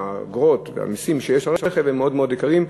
האגרות והמסים שיש על רכב הם מאוד מאוד יקרים,